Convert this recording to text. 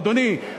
אדוני,